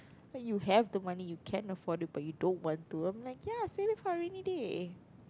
but you have the money you can afford to but you don't want to and I'm like ya save it for rainy day